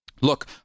Look